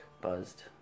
buzzed